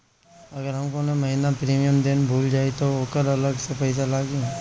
अगर हम कौने महीने प्रीमियम देना भूल जाई त ओकर अलग से पईसा लागी?